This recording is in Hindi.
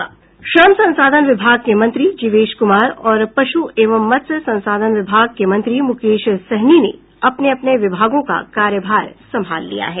श्रम संसाधन विभाग के मंत्री जिवेश कुमार और पशु एवं मत्स्य संसाधन विभाग के मंत्री मुकेश सहनी ने अपने अपने विभागों का कार्यभार संभाल लिया है